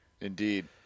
Indeed